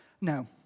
No